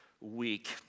week